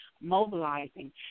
mobilizing